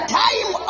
time